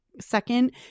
second